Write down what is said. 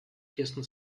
тесно